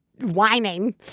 whining